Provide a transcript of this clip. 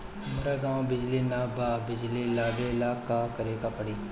हमरा गॉव बिजली न बा बिजली लाबे ला का करे के पड़ी?